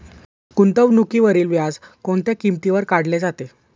गुंतवणुकीवरील व्याज कोणत्या किमतीवर काढले जाते?